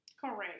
Correct